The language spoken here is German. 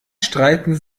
streiten